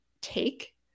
take